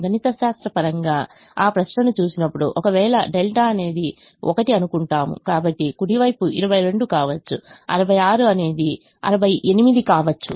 గణితశాస్త్రపరంగా ఆ ప్రశ్నను చూసినప్పుడు ఒకవేళ 𝛿 అనేది1 అనుకుంటాము కాబట్టి కుడి వైపు 22 కావచ్చు 66 అనేది 68 కావచ్చు